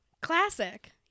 classic